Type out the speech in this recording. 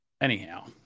Anyhow